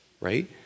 right